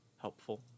helpful